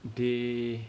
they